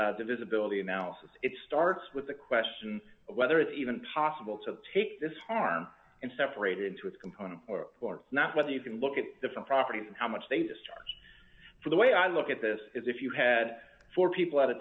divisibility analysis it starts with the question of whether it's even possible to take this harm and separate it into its component parts not whether you can look at different properties and how much they discharge for the way i look at this is if you had four people at a